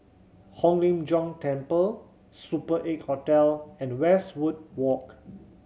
Hong Lim Jiong Temple Super Eight Hotel and Westwood Walk